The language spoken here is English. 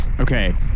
Okay